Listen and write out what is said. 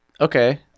Okay